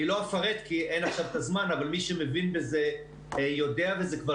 אני לא אפרט כי אין עכשיו זמן אבל מי שמבין בזה יודע וזה כבר